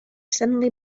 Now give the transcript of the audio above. suddenly